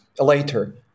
later